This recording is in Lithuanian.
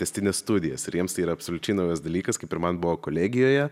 tęstines studijas ir jiems tai yra absoliučiai naujas dalykas kaip ir man buvo kolegijoje